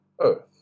Earth